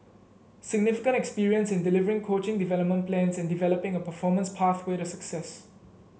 significant experience in delivering coaching development plans and developing a performance pathway to success